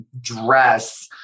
dress